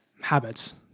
habits